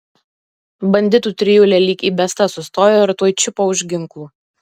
banditų trijulė lyg įbesta sustojo ir tuoj čiupo už ginklų